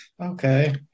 okay